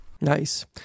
Nice